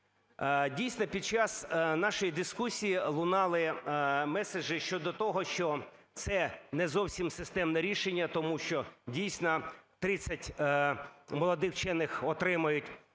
Дійсно, під час нашої дискусії лунали меседжі щодо того, що це не зовсім системне рішення, тому що дійсно тридцять молодих вчених отримають премії